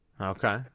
Okay